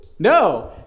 No